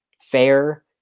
fair